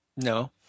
no